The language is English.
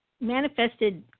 manifested